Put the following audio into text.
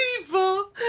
evil